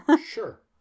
sure